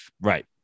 Right